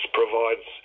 provides